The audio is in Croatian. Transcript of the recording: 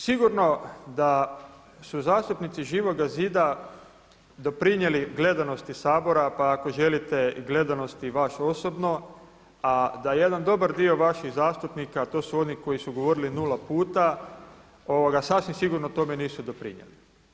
Sigurno da su zastupnici Živoga zida doprinijeli gledanosti Sabora pa ako želite i gledanosti i vas osobno, a da jedan dobar dio vaših zastupnika, a to su oni koji su govorili nula puta, sasvim sigurno tome nisu doprinijeli.